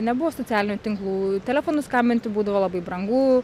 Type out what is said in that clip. nebuvo socialinių tinklų telefonu skambinti būdavo labai brangu